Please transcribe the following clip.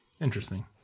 Interesting